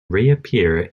reappear